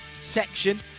section